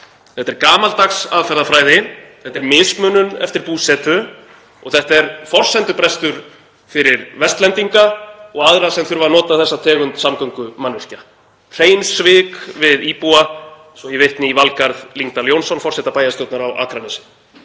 Þetta er gamaldags aðferðafræði, mismunun eftir búsetu og forsendubrestur fyrir Vestlendinga og aðra sem þurfa að nota þessa tegund samgöngumannvirkja — hrein svik við íbúa svo ég vitni í Valgarð Lyngdal Jónsson, forseta bæjarstjórnar Akraness.